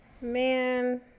Man